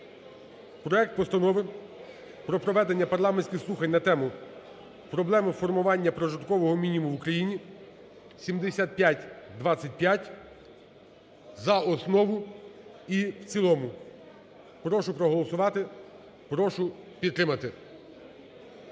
проект Постанови про проведення парламентських слухань на тему: "Проблеми формування прожиткового мінімуму в Україні" (7525) за основу і в цілому. Прошу проголосувати, прошу підтримати.